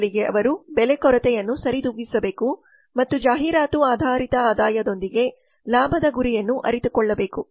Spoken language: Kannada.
ಬದಲಿಗೆ ಅವರು ಬೆಲೆ ಕೊರತೆಯನ್ನು ಸರಿದೂಗಿಸಬೇಕು ಮತ್ತು ಜಾಹೀರಾತು ಆಧಾರಿತ ಆದಾಯದೊಂದಿಗೆ ಲಾಭಡಾ ಗುರಿಯನ್ನು ಅರಿತುಕೊಳ್ಳಬೇಕು